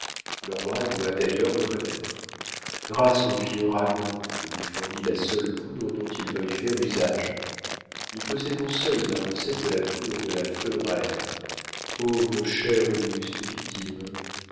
le roi doit d'ailleurs me connaître grâce au vieux ragon je lui fournis la seule poudre dont il veuille faire usage nous possédons seuls la recette de la poudre de la feue reine pauvre chère auguste victime